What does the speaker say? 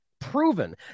proven